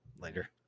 later